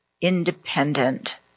independent